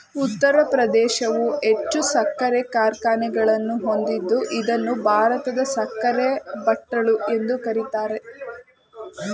ಉತ್ತರ ಪ್ರದೇಶವು ಹೆಚ್ಚು ಸಕ್ಕರೆ ಕಾರ್ಖಾನೆಗಳನ್ನು ಹೊಂದಿದ್ದು ಇದನ್ನು ಭಾರತದ ಸಕ್ಕರೆ ಬಟ್ಟಲು ಎಂದು ಕರಿತಾರೆ